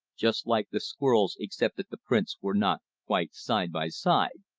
just like the squirrels' except that the prints were not quite side by side,